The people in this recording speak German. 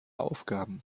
aufgaben